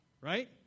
right